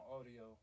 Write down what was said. audio